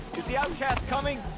the outcast coming?